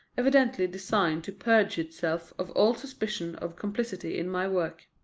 evidently designed to purge itself of all suspicion of complicity in my work.